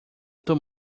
too